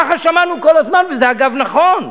ככה שמענו כל הזמן, וזה, אגב, נכון,